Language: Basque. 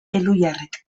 elhuyarrek